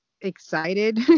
excited